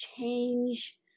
change